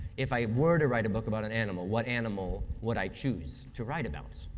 if i were to write a book about an animal, what animal would i choose to write about?